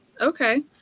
Okay